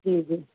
جی جی